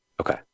Okay